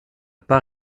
pas